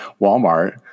Walmart